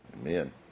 Amen